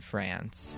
France